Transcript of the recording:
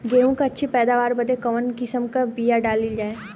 गेहूँ क अच्छी पैदावार बदे कवन किसीम क बिया डाली जाये?